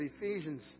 Ephesians